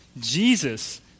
Jesus